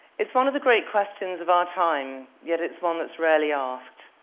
it's one of the great questions of our time. yet it's one that's rarely asked.